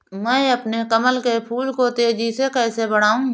मैं अपने कमल के फूल को तेजी से कैसे बढाऊं?